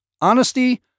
honesty